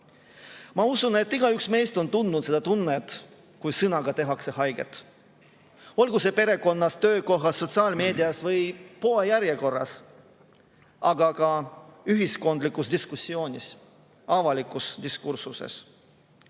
usun, et igaüks meist on tundnud seda tunnet, kui sõnaga tehakse haiget – olgu see perekonnas, töökohas, sotsiaalmeedias või poejärjekorras, aga ka ühiskondlikus diskussioonis, avalikus diskursuses.